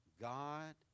God